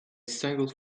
single